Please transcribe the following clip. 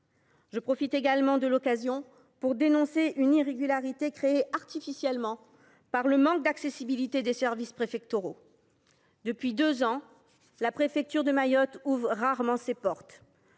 qui m’est donnée de m’exprimer pour dénoncer une irrégularité créée artificiellement par le manque d’accessibilité des services préfectoraux. Depuis deux ans, la préfecture de Mayotte ouvre rarement ses portes.